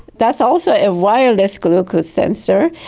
that's also a wireless glucose sensor.